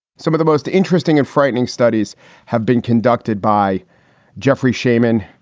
some of the most interesting and frightening studies have been conducted by jeffrey shaiman,